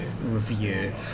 Review